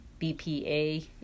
BPA